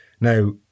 Now